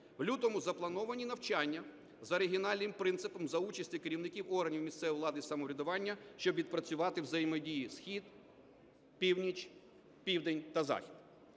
В лютому заплановані навчання за регіональним принципом за участі керівників органів місцевої влади і самоврядування, щоб відпрацювати взаємодію: схід, північ, південь та захід.